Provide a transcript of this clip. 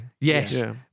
yes